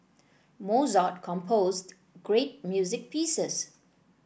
Mozart composed great music pieces